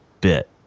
bit